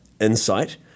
insight